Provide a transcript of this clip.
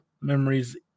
Memories